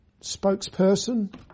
spokesperson